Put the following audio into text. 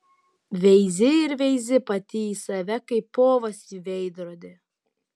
veizi ir veizi pati į save kaip povas į veidrodį